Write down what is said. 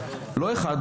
לא אחד,